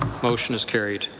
motion is carried.